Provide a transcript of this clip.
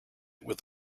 with